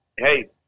Hey